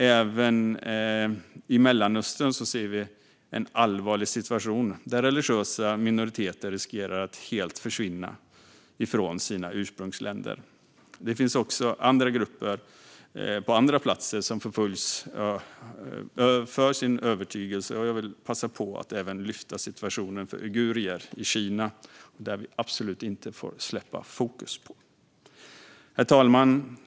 Även i Mellanöstern ser vi en allvarlig situation där religiösa minoriteter riskerar att helt försvinna från sina ursprungsländer. Det finns givetvis även andra grupper på andra platser som förföljs på grund av sin övertygelse, och jag vill passa på att lyfta fram situationen för uigurer i Kina som vi absolut inte får släppa fokus på. Herr talman!